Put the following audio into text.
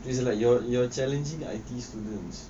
is it like your your challenging the I_T_E students